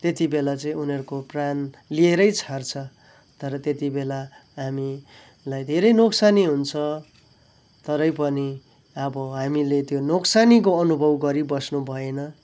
त्यति बेला चाहिँ उनीहरूको प्राण लिएरै छाड्छ तर त्यति बेला हामीलाई धेरै नोक्सानी हुन्छ तरै पनि अब हामीले त्यो नोक्सानीको अनुभव गरिबस्नु भएन